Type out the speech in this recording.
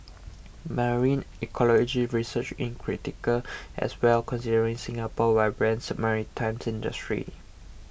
marine ecology research in critical as well considering Singapore's vibrant maritime industry